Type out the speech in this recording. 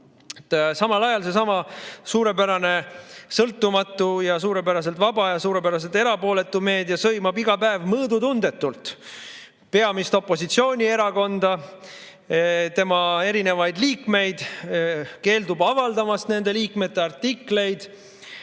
Samal ajal seesama suurepäraselt sõltumatu ja suurepäraselt vaba ja suurepäraselt erapooletu meedia sõimab iga päev mõõdutundetult peamist opositsioonierakonda, tema liikmeid, keeldub avaldamast nende liikmete artikleid